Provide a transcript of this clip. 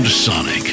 Sonic